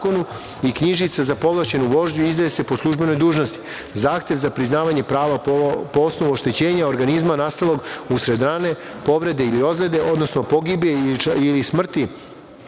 i knjižice za povlašćenu vožnju izdaje se po službenoj dužnosti. Zahtev za priznavanje prava po osnovu oštećenja organizma, nastalog usred rane, povrede ili ozlede, odnosno pogibije ili smrti